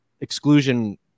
exclusion